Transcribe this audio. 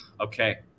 Okay